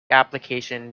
application